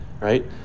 right